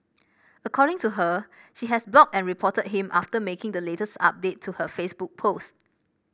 according to her she has blocked and reported him after making the latest update to her Facebook post